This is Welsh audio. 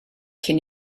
cyn